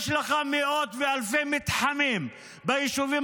יש לך מאות ואלפי מתחמים ביישובים